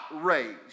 raised